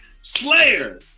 Slayer